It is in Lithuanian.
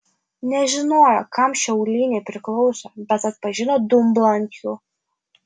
nežinojo kam šie auliniai priklauso bet atpažino dumblą ant jų